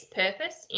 purpose